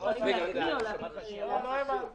לא הבנתי.